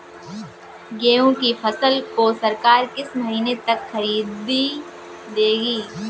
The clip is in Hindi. गेहूँ की फसल को सरकार किस महीने तक खरीदेगी?